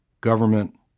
government